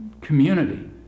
community